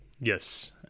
Yes